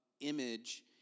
image